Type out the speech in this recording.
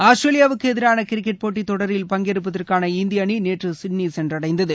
ஆஸ்திரேலியாவிற்கு எதிரான கிரிக்கெட் போட்டித்தொடரில் பங்கேற்பதற்கான இந்திய அணி நேற்று சிட்னி சென்றடைந்தது